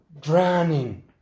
drowning